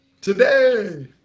today